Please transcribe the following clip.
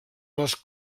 les